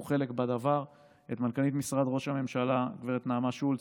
חלק בדבר: את מנכ"לית משרד ראש הממשלה גב' נעמה שולץ,